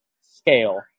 scale